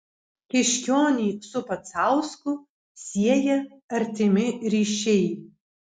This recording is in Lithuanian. kiškionį su pacausku sieja artimi ryšiai